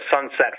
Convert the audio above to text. sunset